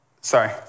sorry